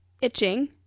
itching